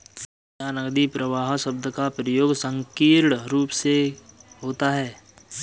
क्या नकदी प्रवाह शब्द का प्रयोग संकीर्ण रूप से होता है?